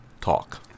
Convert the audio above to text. Talk